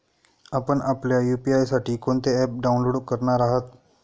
आपण आपल्या यू.पी.आय साठी कोणते ॲप डाउनलोड करणार आहात?